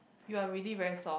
you are really very soft